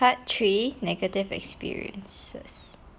part three negative experiences